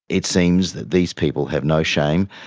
it seems that these people have no shame.